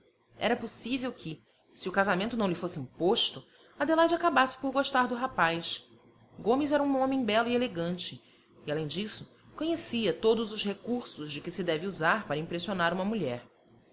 era possível que se o casamento não lhe fosse imposto adelaide acabasse por gostar do rapaz gomes era um homem belo e elegante e além disso conhecia todos os recursos de que se deve usar para impressionar uma mulher